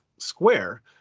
square